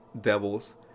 devils